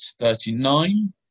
thirty-nine